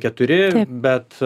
keturi bet